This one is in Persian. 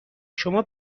شما